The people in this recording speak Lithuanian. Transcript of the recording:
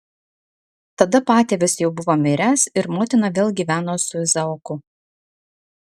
tada patėvis jau buvo miręs ir motina vėl gyveno su izaoku